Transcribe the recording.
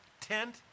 tent